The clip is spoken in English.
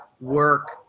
work